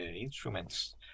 instruments